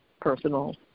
personal